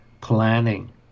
planning